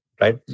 right